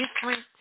different